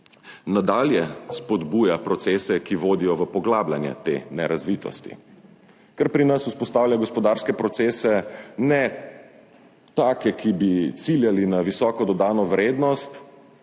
Nadalje. Spodbuja procese, ki vodijo v poglabljanje te nerazvitosti, ker pri nas vzpostavlja gospodarske procese, ne take, ki bi ciljali na visoko dodano vrednost,